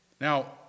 Now